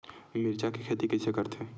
मिरचा के खेती कइसे करथे?